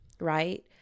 right